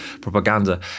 propaganda